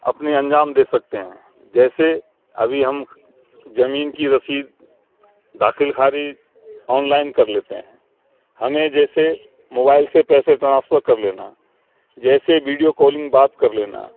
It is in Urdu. اپنے انجام دے سکتے ہیں جیسے ابھی ہم جمین کی رسید داخل خارج آن لائن کر لیتے ہیں ہمیں جیسے موبائل سے پیسے ٹرانسفر کر لینا جیسے ویڈیو کالنگ بات کر لینا